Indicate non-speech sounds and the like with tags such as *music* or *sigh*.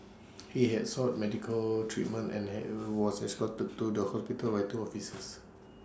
he had sought medical treatment and *unintelligible* was escorted to the hospital by two officers